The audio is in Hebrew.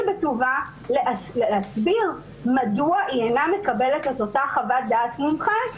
בטובה להסביר מדוע היא אינה מקבלת את אותה חוות דעת של מומחה.